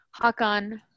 Hakan